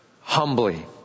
humbly